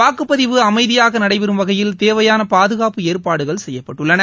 வாக்குப்பதிவு அமைதியாக நடைபெறும் வகையில் தேவையாள பாதுகாப்பு ஏற்பாடுகள் செய்யப்பட்டுள்ளன